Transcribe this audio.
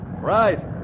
Right